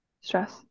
stress